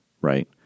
right